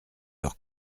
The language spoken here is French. leur